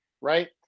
Right